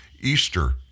Easter